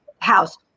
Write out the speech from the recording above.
house